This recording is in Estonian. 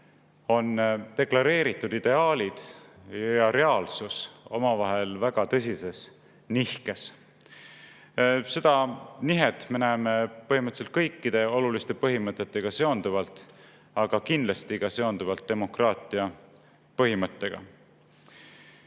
on deklareeritud ideaalid ja reaalsus omavahel väga tõsises nihkes. Seda nihet me näeme seonduvalt kõikide oluliste põhimõtetega, kindlasti ka seonduvalt demokraatia põhimõttega.